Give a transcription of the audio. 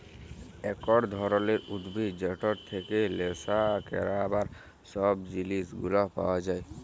একট ধরলের উদ্ভিদ যেটর থেক্যে লেসা ক্যরবার সব জিলিস গুলা পাওয়া যায়